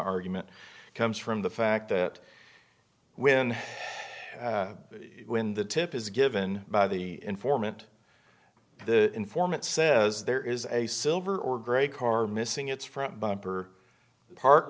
argument comes from the fact that when when the tip is given by the informant the informant says there is a silver or gray car missing its front bumper park